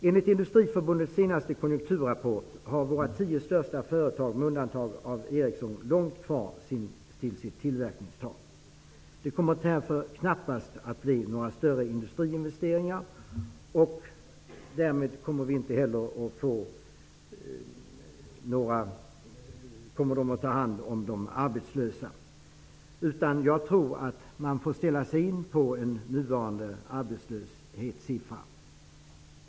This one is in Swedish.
Enligt Industriförbundets senaste konjunkturrapport har våra tio största företag, med undantag av Ericsson, långt kvar till sitt tillverkningstak. Det kommer därför knappast att bli några större industriinvesteringar, och därmed kommer de inte heller att ta hand om de arbetslösa. Jag tror att man får ställa in sig på den nuvarande arbetslöshetssiffran.